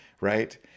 right